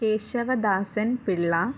Keshavadasan Pillai